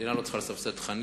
המדינה לא צריכה לסבסד תכנים.